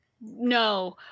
No